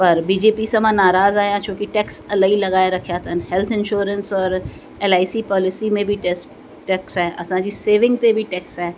पर बीजेपी सां मां नाराज़ आहियां छोकी टैक्स इलाही लॻाए रखिया अथनि हेल्थ इंश्योरेंस और एलआईसी पॉलिसी में बि टेस टेक्स आहे असांजी सेविंग ते बि टेक्स आहे